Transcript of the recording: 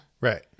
right